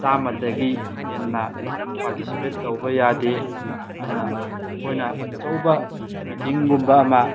ꯆꯥꯃꯗꯒꯤ ꯍꯦꯟꯅ ꯄꯥꯔꯇꯤꯁꯤꯄꯦꯠ ꯇꯧꯕ ꯌꯥꯗꯦ ꯑꯗꯨꯅ ꯑꯩꯈꯣꯏꯅ ꯑꯆꯧꯕ ꯃꯤꯠꯇꯤꯡꯒꯨꯝꯕ ꯑꯃ